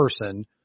person